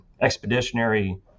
Expeditionary